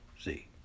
See